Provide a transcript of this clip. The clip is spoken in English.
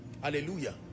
hallelujah